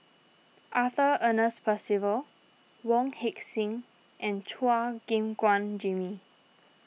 Arthur Ernest Percival Wong Heck Sing and Chua Gim Guan Jimmy